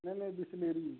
नहीं नहीं बिसलेरी